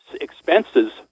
expenses